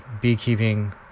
beekeeping